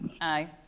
aye